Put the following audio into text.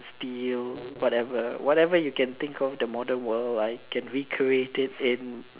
steel whatever whatever you can think of the modern world I can recreate it in